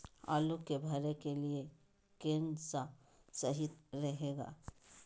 आलू के भरे के लिए केन सा और सही रहेगा?